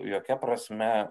jokia prasme